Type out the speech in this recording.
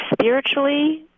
Spiritually